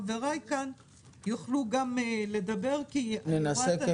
חבריי כאן יוכלו גם לדבר כי אני רואה את